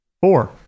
Four